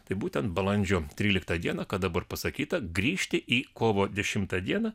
tai būtent balandžio tryliktą dieną kad dabar pasakyta grįžti į kovo dešimtą dieną